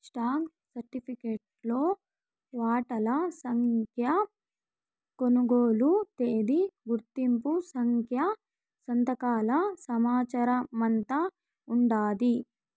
stock సరిఫికెట్లో వాటాల సంఖ్య, కొనుగోలు తేదీ, గుర్తింపు సంఖ్య, సంతకాల సమాచారమంతా ఉండాది